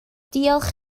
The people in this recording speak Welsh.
diolch